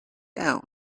down